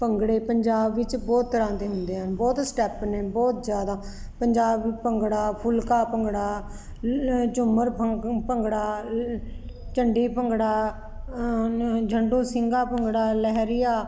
ਭੰਗੜੇ ਪੰਜਾਬ ਵਿੱਚ ਬਹੁਤ ਤਰ੍ਹਾਂ ਦੇ ਹੁੰਦੇ ਆ ਬਹੁਤ ਸਟੈਪ ਨੇ ਬਹੁਤ ਜਿਆਦਾ ਪੰਜਾਬੀ ਭੰਗੜਾ ਫੁਲਕਾ ਭੰਗੜਾ ਝੂਮਰ ਭੰਗੜਾ ਚੰਡੀ ਭੰਗੜਾ ਜੰਬਲ ਸਿੰਘਾ ਭੰਗੜਾ ਲਹਿਰੀਆਂ